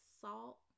salt